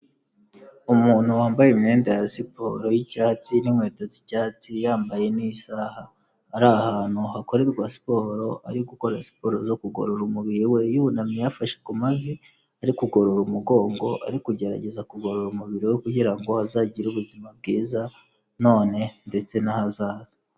Umuntu wambaye imyenda ya siporo y'icyatsi n'inkweto z'icyatsi yambaye n'isaha, ari ahantu hakorerwa siporo ari gukora siporo zo kugorora umubiri we yunamye yafashe ku mavi, ari kugorora umugongo ari kugerageza kugorora umubiri we kugira ngo azagire ubuzima bwiza none ndetse n'ahazaza.